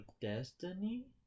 Destiny